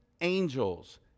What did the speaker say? angels